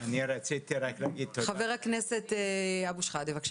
חבר הכנסת אבו שחאדה, בבקשה.